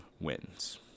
wins